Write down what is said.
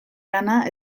lana